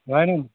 भएन